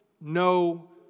no